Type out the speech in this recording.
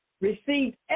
Received